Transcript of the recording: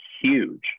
huge